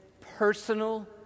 personal